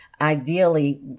Ideally